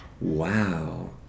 Wow